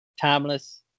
Timeless